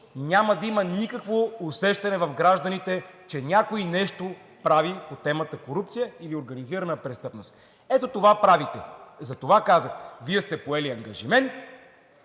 Няма да има никакво усещане в гражданите, че някой нещо прави по темата „корупция или организирана престъпност“. Ето това правите. Затова казах: Вие сте поели ангажимент,